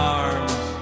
arms